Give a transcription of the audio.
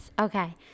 okay